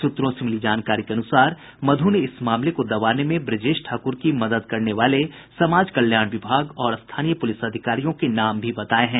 सूत्रों से मिली जानकारी के अनुसार मधु ने इस मामले को दबाने में ब्रजेश ठाकुर की मदद करने वाले समाज कल्याण विभाग और स्थानीय पुलिस अधिकारियों के नाम भी बताये हैं